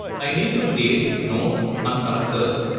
i need to create nodes and connectors,